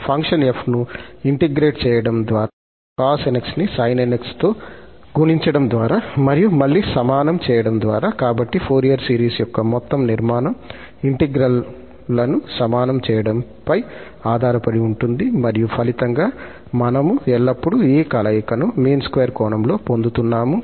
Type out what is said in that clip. function 𝑓 ను integrate చేయడం ద్వారా లేదా cos 𝑛𝑥 ని sin 𝑛𝑥 తో గుణించడం ద్వారా మరియు మళ్ళీ సమానం చేయడం ద్వారాకాబట్టి ఫోరియర్ సిరీస్ యొక్క మొత్తం నిర్మాణం ఇంటిగ్రల్ లను సమానం చేయడంపై ఆధారపడి ఉంటుంది మరియు ఫలితంగా మనము ఎల్లప్పుడూ ఈ కలయికను మీన్ స్క్వేర్ కోణంలో పొందుతున్నాము